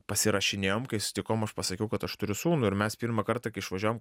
pasirašinėjom kai sutikom aš pasakiau kad aš turiu sūnų ir mes pirmą kartą kai išvažiavom